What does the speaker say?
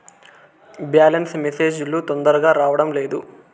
Balance message లు తొందరగా రావడం లేదు?